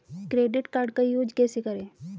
Credit card का use कैसे करें?